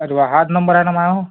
अरे वा हाच नंबर आहे ना मायावं